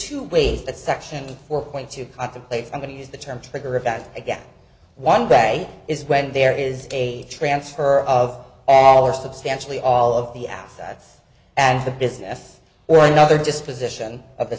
two ways that section four point two contemplates i'm going to use the term trigger event again one day is when there is a transfer of power substantially all of the assets and the business or another disposition of the